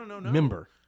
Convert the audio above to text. member